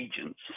agents